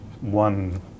one